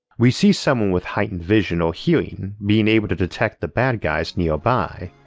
we see someone with heightened vision or hearing being able to detect the bad guys nearby.